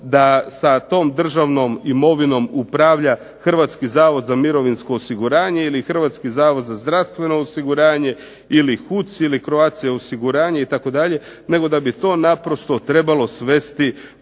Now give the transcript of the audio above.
da sa tom državnom imovinom upravlja Hrvatski zavod za mirovinsko osiguranje ili Hrvatski zavod za zdravstveno osiguranje ili HUC ili Croatia osiguranje itd., nego da bi to naprosto trebalo svesti